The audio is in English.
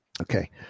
Okay